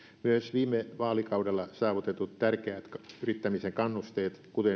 myös viime vaalikaudella saavutetut tärkeät yrittämisen kannusteet kuten